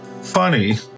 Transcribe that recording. funny